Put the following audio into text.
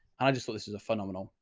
i just thought this was a phenomenal,